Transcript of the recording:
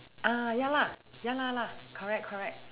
uh ya lah ya lah lah correct correct